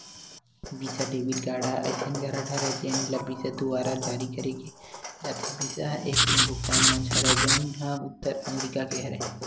बिसा debit card ह असइन कारड हरय जेन ल बिसा दुवारा जारी करे जाथे, बिसा ह एकठन भुगतान मंच हरय जउन ह उत्तर अमरिका के हरय